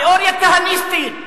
תיאוריה כהניסטית,